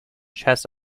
chess